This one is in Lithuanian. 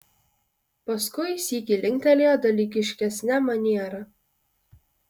paskui sykį linktelėjo dalykiškesne maniera